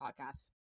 podcast